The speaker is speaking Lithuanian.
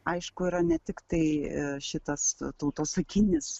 aišku yra ne tiktai šitas tautosakinis